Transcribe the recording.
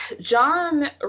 John